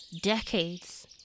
decades